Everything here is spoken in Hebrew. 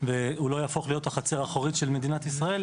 והוא לא יהפוך להיות החצר האחורית של מדינת ישראל,